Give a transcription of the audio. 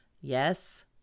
Yes